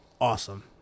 Awesome